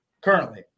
currently